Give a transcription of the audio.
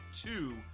two